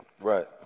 Right